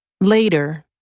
Later